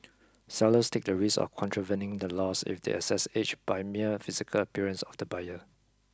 sellers take the risk of contravening the laws if they assess age by mere physical appearance of the buyer